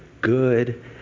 good